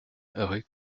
rue